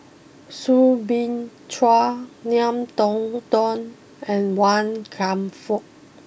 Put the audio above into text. Soo Bin Chua Ngiam Tong Dow and Wan Kam Fook